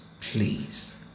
please